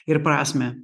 ir prasmę